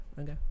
Okay